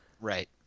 right